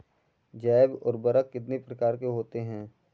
जैव उर्वरक कितनी प्रकार के होते हैं?